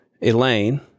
Elaine